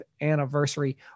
anniversary